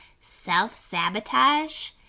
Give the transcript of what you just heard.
self-sabotage